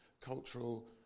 cultural